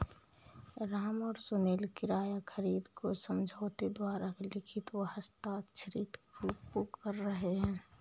राम और सुनील किराया खरीद को समझौते द्वारा लिखित व हस्ताक्षरित रूप में कर रहे हैं